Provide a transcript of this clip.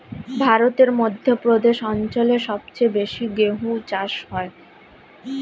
ভারতের মধ্য প্রদেশ অঞ্চল সবচেয়ে বেশি গেহু চাষ হয়